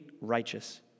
righteous